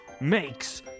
makes